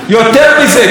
יותר מזה,